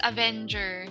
Avenger